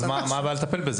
אז מה הבעיה לטפל בזה?